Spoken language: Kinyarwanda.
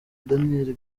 daniel